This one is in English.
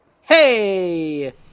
Hey